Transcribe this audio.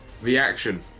Reaction